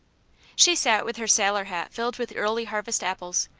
she sat with her sailor hat filled with early harvest apples,